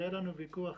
היה לנו ויכוח